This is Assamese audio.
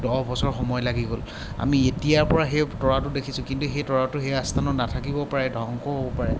দহ বছৰ সময় লাগি গ'ল আমি এতিয়াৰপৰা সেই তৰাটো দেখিছোঁ কিন্তু সেই তৰাটো সেই আস্থানত নাথাকিবও পাৰে ধ্বংসও হ'ব পাৰে